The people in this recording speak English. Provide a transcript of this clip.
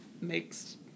makes